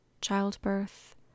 childbirth